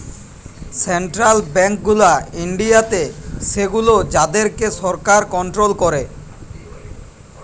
central bank গুলা ইন্ডিয়াতে সেগুলো যাদের কে সরকার কন্ট্রোল করে